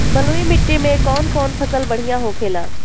बलुई मिट्टी में कौन कौन फसल बढ़ियां होखेला?